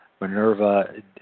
Minerva